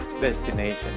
destination